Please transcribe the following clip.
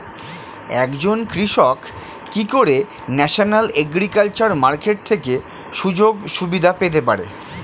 একজন কৃষক কি করে ন্যাশনাল এগ্রিকালচার মার্কেট থেকে সুযোগ সুবিধা পেতে পারে?